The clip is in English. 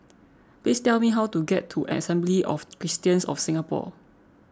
please tell me how to get to Assembly of Christians of Singapore